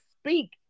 speak